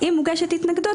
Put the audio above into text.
אם מוגשת התנגדות,